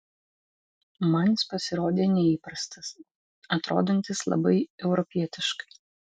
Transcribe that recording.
man jis pasirodė neįprastas atrodantis labai europietiškai